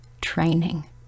training